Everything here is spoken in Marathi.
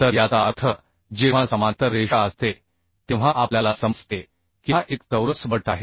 तर याचा अर्थ जेव्हा समांतर रेषा असते तेव्हा आपल्याला समजते की हा एक चौरस बट आहे